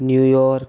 new York